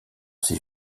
ces